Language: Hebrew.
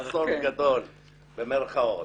אסון גדול במירכאות,